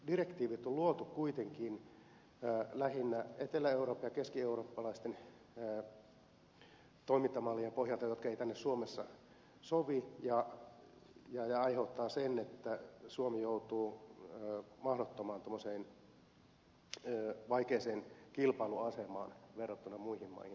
direktiivit on luotu kuitenkin lähinnä etelä ja keskieurooppalaisten toimintamallien pohjalta jotka eivät tänne suomeen sovi ja aiheuttavat sen että suomi joutuu vaikeaan kilpailuasemaan verrattuna muihin maihin